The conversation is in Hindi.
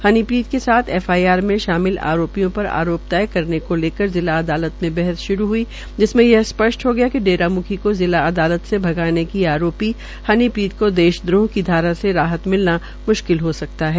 हनीप्रीत के साथ एफआईआर में शामिल आरोपियो पर आरोप तय करने को लेकर जिला अदालत मे बहस शुरू ह्ई जिसमें यह स्पष्ट हो गया कि डेरा प्रमुखी को जिला अदालत से भगाने की आरोपी हनीप्रीत को देश द्रोह की धारा से राहत मिलना म्श्किल हो सकता है